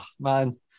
man